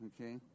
Okay